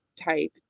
type